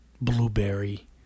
blueberry